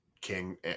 King